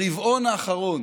ברבעון האחרון